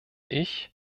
ich